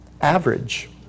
average